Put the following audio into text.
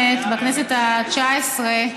זה היה בציניות,